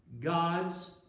God's